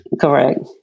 Correct